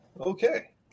Okay